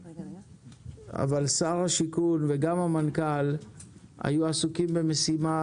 אבל שר השיכון וגם המנכ"ל היו עסוקים במשימה